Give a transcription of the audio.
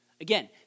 Again